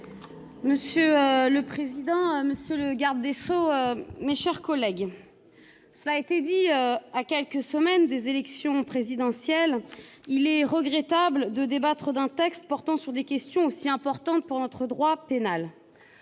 Monsieur le président, monsieur le garde des sceaux, mes chers collègues, à quelques semaines de l'élection présidentielle, il est regrettable de débattre d'un texte portant sur des questions aussi importantes pour notre droit pénal.